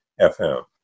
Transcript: FM